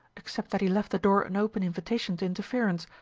except that he left the door an open invitation to interference.